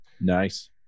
Nice